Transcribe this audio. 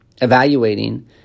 evaluating